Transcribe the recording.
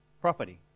property